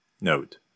Note